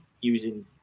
using